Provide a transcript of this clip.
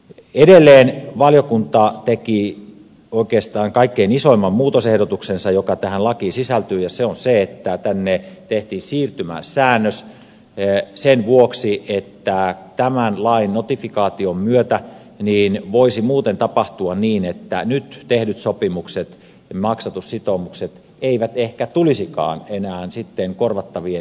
edelleen valiokunta teki oikeastaan kaikkein isoimman muutosehdotuksensa joka tähän lakiin sisältyy ja se on se että tänne tehtiin siirtymäsäännös sen vuoksi että tämän lain notifikaation myötä voisi muuten tapahtua niin että nyt tehdyt sopimukset maksatussitoumukset eivät sitten ehkä tulisikaan enää korvattavien piiriin